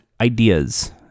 ideas